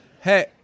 hey